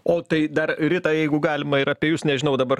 o tai dar rita jeigu galima ir apie jus nežinau dabar